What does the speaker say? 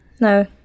No